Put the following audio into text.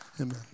Amen